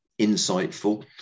insightful